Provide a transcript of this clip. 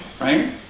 right